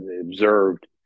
observed